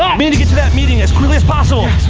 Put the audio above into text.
i mean to get to that meeting as quickly as possible. yes.